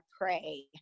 pray